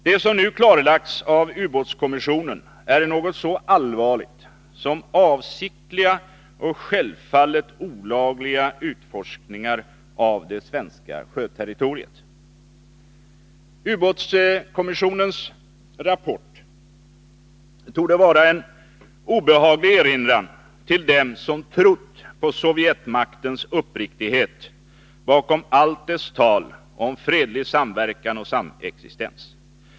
Det som nu klarlagts av ubåtskommissionen är något så allvarligt som avsiktliga och självfallet olagliga utforskningar av det svenska sjöterritoriet. Ubåtskommissionens rapport torde vara en obehaglig erinran till dem som trott på Sovjetmaktens uppriktighet bakom allt dess tal om fredlig samverkan och samexistens.